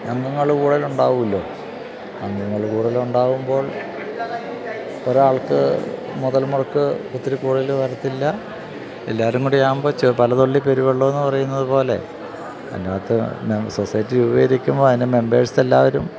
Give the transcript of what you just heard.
അംഗങ്ങള് കൂടുതലുണ്ടാകുമല്ലോ അംഗങ്ങള് കൂടുതല് ഉണ്ടാകുമ്പോൾ ഒരാൾക്ക് മുതൽമുടക്ക് ഒത്തിരി കൂടുതല് വരില്ല എല്ലാവരും കൂടെയാകുമ്പോള് പലതുള്ളി പെരുവെള്ളമെന്ന് പറയുന്നത് പോലെ അതിന്റെയകത്ത് സൊസൈറ്റി രൂപീകരിക്കുമ്പോള് അതിന്റെ മെമ്പേഴ്സ് എല്ലാവരും